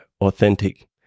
authentic